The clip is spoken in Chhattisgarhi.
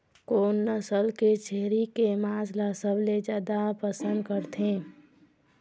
कोन नसल के छेरी के मांस ला सबले जादा पसंद करथे?